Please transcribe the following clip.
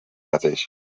mateix